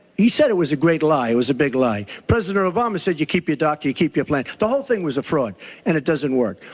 he said it was a great lie, it was a big lie. president obama said you keep your doctor, keep your plan. the whole thing was a fraud and it doesn't work.